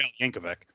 Yankovic